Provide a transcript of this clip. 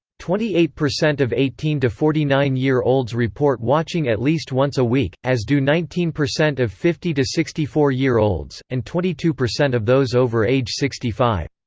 twenty eight percent of eighteen to forty nine year olds report watching at least once a week, as do nineteen percent of fifty to sixty four year olds, and twenty two percent of those over age sixty five.